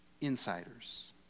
insiders